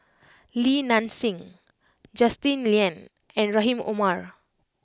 Li Nanxing Justin Lean and Rahim Omar